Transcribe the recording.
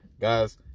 Guys